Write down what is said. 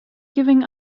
giving